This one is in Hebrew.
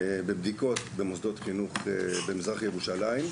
בבדיקות פיקוח במזרח ירושלים.